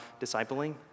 discipling